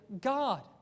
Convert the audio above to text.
God